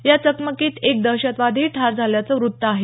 या चकमकीत एक दहशतवादीही ठार झाल्याचं वृत्त आहे